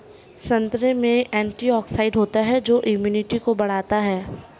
संतरे में एंटीऑक्सीडेंट होता है जो इम्यूनिटी को बढ़ाता है